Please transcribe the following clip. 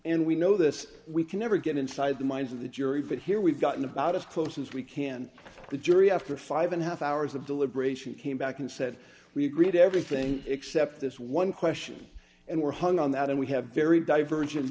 and we know this we can never get inside the minds of the jury but here we've gotten about as close as we can the jury after five and a half hours of deliberation came back and said we agreed everything except this one question and were hung on that and we have very divergent